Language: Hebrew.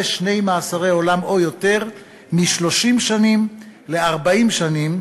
שני מאסרי עולם או יותר מ-30 שנים ל-40 שנים,